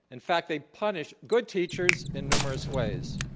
in fact, they punish good teachers in numerous ways.